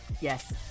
Yes